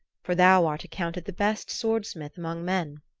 for thou art accounted the best swordsmith amongst men.